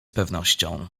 pewnością